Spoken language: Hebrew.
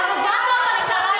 כמובן, לא,